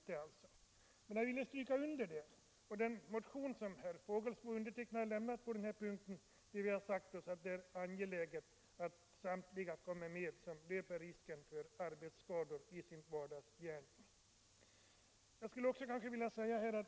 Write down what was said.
Jag vill erinra om den motion som herr Fågelsbo och jag har lämnat, i vilken vi framhåller att det är angeläget att samtliga kommer med som löper risk för arbetsskador i sin vardagsgärning.